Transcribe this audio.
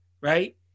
right